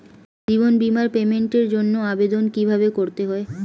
জীবন বীমার পেমেন্টের জন্য আবেদন কিভাবে করতে হয়?